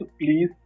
please